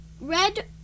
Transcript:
red